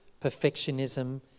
perfectionism